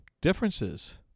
differences